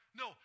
no